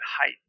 height